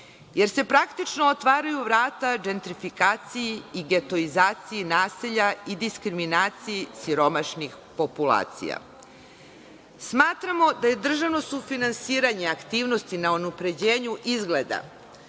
efekata. Praktično se otvaraju vrata džentrifikaciji i getoizaciji naselja i diskriminaciji siromašnih populacija. Smatramo da je državno sufinansiranje aktivnosti na unapređenju izgleda,